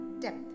depth